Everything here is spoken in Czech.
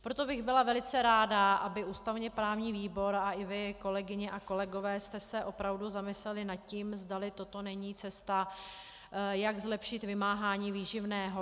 Proto bych byla velice ráda, aby ústavněprávní výbor a i vy, kolegyně a kolegové, jste se opravdu zamysleli nad tím, zdali toto není cesta, jak zlepšit vymáhání výživného.